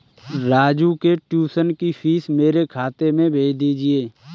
राजू के ट्यूशन की फीस मेरे खाते में भेज दीजिए